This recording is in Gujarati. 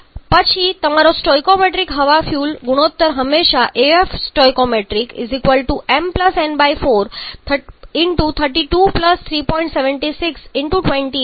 પછી તમારો સ્ટોઇકિયોમેટ્રિક હવા ફ્યુઅલ ગુણોત્તર હંમેશા રહેશે stoimn4323